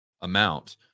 amount